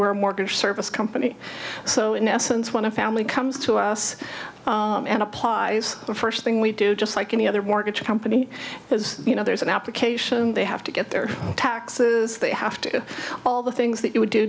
we're mortgage service company so in essence when a family comes to us and applies the first thing we do just like any other mortgage company has you know there's an application they have to get their taxes they have to all the things that you would do